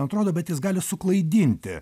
atrodo bet jis gali suklaidinti